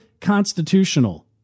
constitutional